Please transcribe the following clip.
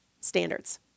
Standards